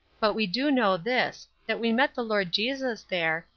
but we do know this, that we met the lord jesus there,